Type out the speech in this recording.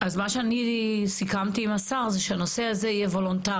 אז מה שאני סיכמתי עם השר זה שהנושא הזה יהיה וולונטרי.